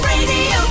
Radio